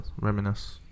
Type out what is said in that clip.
Reminisce